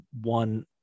one